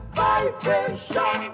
vibration